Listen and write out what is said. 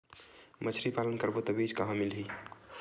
मछरी पालन करबो त बीज कहां मिलही?